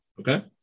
Okay